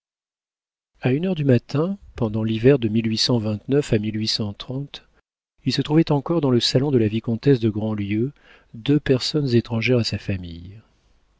a une heure du matin pendant l'hiver de à il se trouvait encore dans le salon de la vicomtesse de grandlieu deux personnes étrangères à sa famille